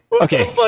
Okay